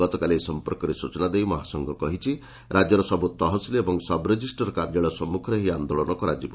ଗତକାଲି ଏ ସଂପର୍କରେ ସୂଚନା ଦେଇ ମହାସଂଘ କହିଛି ଯେ ରାକ୍ୟର ସବୁ ତହସିଲ ଏବଂ ସବ୍ରେଜିଷ୍ଟର କାର୍ଯ୍ୟାଳୟ ସମ୍ମଖରେ ଏହି ଆନ୍ଦୋଳନ କରାଯିବ